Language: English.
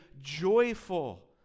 joyful